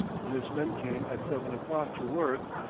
when his men came at seven o'clock to work,